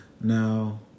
Now